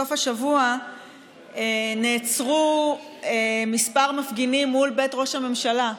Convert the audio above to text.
בסוף השבוע נעצרו כמה מפגינים מול בית ראש הממשלה,